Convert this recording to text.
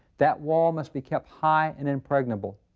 that wall must be kept high and impregnable.